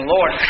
Lord